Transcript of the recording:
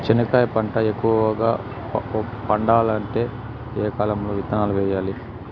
చెనక్కాయ పంట ఎక్కువగా పండాలంటే ఏ కాలము లో విత్తనాలు వేయాలి?